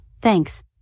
thanks